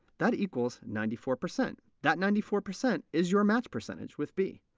that equals ninety four percent. that ninety four percent is your match percentage with b.